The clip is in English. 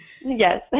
Yes